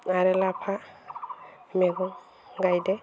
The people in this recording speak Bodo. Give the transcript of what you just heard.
आरो लाफा मैगं गायदो